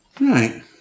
Right